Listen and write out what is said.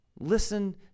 Listen